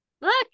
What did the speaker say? look